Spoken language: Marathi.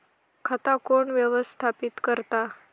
खाता कोण व्यवस्थापित करता?